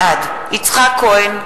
בעד יצחק כהן,